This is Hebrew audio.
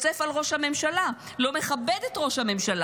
מצפצף על ראש הממשלה, לא מכבד את ראש הממשלה.